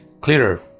clearer